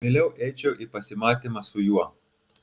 mieliau eičiau į pasimatymą su juo